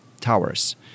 towers